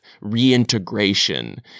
reintegration